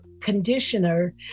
conditioner